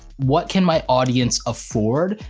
what can my audience afford,